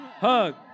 hug